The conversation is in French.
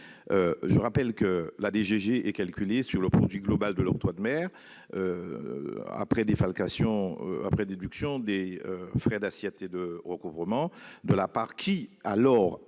le rappelle, la DGG est calculée sur le produit global de l'octroi de mer, après déduction des frais d'assiette et de recouvrement de la part versée